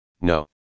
no